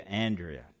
Andrea